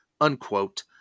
unquote